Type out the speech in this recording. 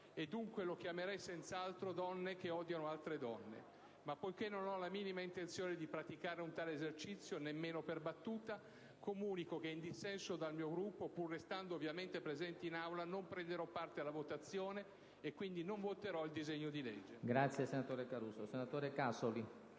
dunque lo chiamerei senz'altro "donne che odiano altre donne". Ma poiché non ho la minima intenzione di praticare un tale esercizio, nemmeno per battuta, comunico che, in dissenso dal mio Gruppo, pur restando ovviamente presente in Aula, non prenderò parte alla votazione, e quindi non voterò il disegno di legge. [**VOTAZIONI QUALIFICATE